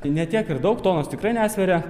ne tiek ir daug tonas tikrai nesveria